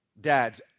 Dads